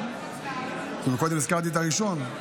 קודם הזכרתי את הראשון,